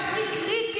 את צודקת.